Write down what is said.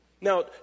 Now